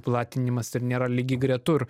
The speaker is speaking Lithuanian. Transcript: platinimas ir nėra lygiagretu ir